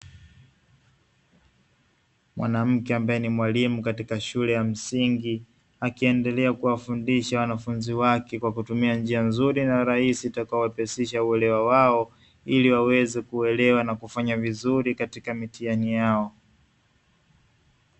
Mwanamke ambaye ni mwalimu katika shule ya msingi, akiendelea kuwafundisha wanafunzi wake kwa kutumia njia nzuri na raisi itakayowapesisha uelewa wao ili waweze kuelewa na kufanya vizuri katika mitihani yao.